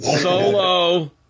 Solo